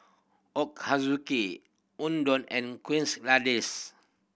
Ochazuke Udon and Quesadillas